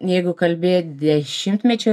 jeigu kalbėt dešimtmečio